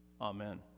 Amen